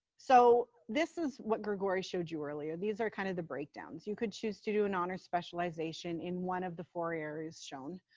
so this is what gregory showed you earlier, these are kind of the breakdowns, you could choose to do an honor specialization in one of the four areas shown.